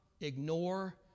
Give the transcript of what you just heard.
ignore